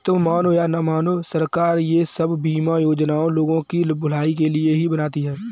तुम मानो या न मानो, सरकार ये सब बीमा योजनाएं लोगों की भलाई के लिए ही बनाती है